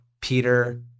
Peter